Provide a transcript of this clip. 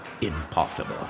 Impossible